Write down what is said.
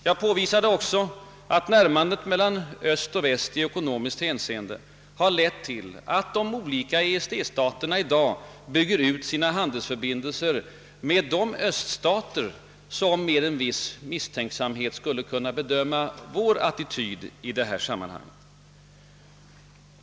Jag påvisade också att närmandet mellan öst och väst i ekonomiskt hänseende har lett till att de olika EEC staterna i dag bygger ut sina handels förbindelser med de öststater som eventuellt med en viss misstänksamhet skulle kunna bedöma vår attityd i detta sam manhang.